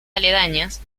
aledañas